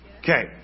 Okay